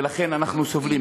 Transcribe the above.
ולכן אנחנו סובלים.